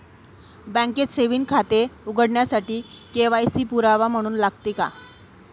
बँकेत सेविंग खाते उघडण्यासाठी के.वाय.सी पुरावा म्हणून लागते का?